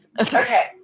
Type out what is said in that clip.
okay